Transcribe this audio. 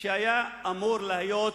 שהיה אמור להיות